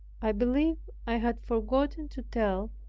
i believe i had forgotten to tell,